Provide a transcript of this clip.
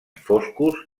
foscos